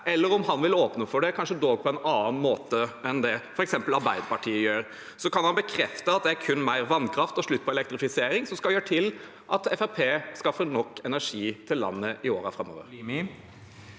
eller om han vil åpne for det, kanskje dog på en annen måte enn det f.eks. Arbeiderpartiet gjør. Kan han bekrefte at det kun er mer vannkraft og slutt på elektrifisering som vil gjøre at Fremskrittspartiet skaffer nok energi til landet i årene framover?